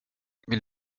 vill